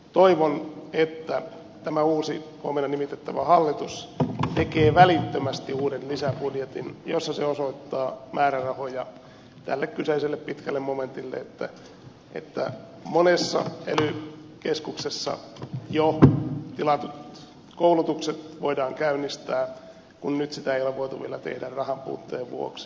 toivon että tämä uusi huomenna nimitettävä hallitus tekee välittömästi uuden lisäbudjetin jossa se osoittaa määrärahoja tälle kyseiselle pitkälle momentille että monessa ely keskuksessa jo tilatut koulutukset voidaan käynnistää kun nyt sitä ei ole vielä voitu tehdä rahanpuutteen vuoksi